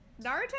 Naruto